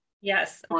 Yes